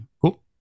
Cool